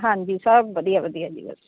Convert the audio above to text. ਹਾਂਜੀ ਸਭ ਵਧੀਆ ਵਧੀਆ ਜੀ ਬਸ